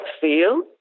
feel